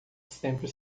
sempre